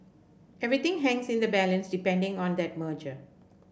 everything hangs in the balance depending on that merger